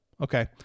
Okay